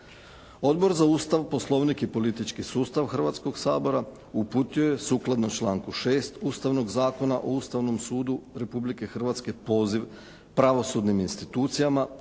Odbor za Ustav, poslovnik i politički sustav Hrvatskog sabora uputio je sukladno članku 6. Ustavnog zakona o Ustavnom sudu Republike Hrvatske poziv pravosudnim institucijama,